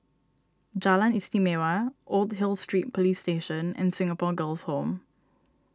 Jalan Istimewa Old Hill Street Police Station and Singapore Girls' Home